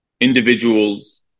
individuals